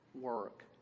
work